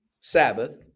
Sabbath